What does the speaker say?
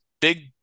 Big